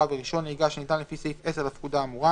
ורישיון נהיגה שניתן לפי סעיף 10 לפקודה האמורה,